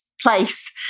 place